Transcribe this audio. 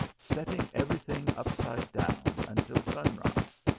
setting every thing upside down, until sun rise.